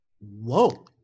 whoa